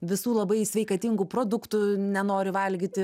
visų labai sveikatingų produktų nenori valgyti